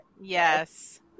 Yes